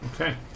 Okay